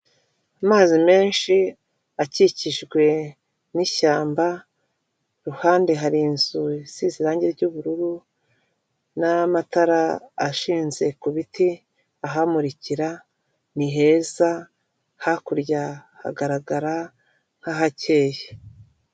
Amazi menshi akikijwe n'ishyamba, ku ruhande hari inzu isize irangi ry'ubururu, n'amatara ashinze ku biti ahamurikira, ni heza hakurya hagaragara nk'ahakeye.